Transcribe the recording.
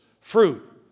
fruit